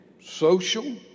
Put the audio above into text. social